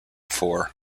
four